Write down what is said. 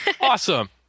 Awesome